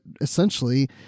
essentially